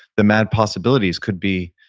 the mad possibilities could be,